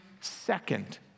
second